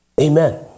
Amen